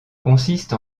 consiste